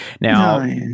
Now